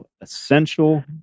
essential